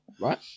Right